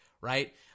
right